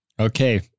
Okay